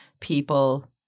people